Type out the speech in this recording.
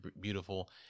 beautiful